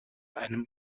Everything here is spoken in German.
einem